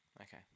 Okay